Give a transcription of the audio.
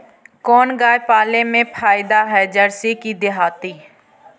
कोन गाय पाले मे फायदा है जरसी कि देहाती?